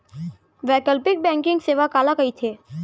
वैकल्पिक बैंकिंग सेवा काला कहिथे?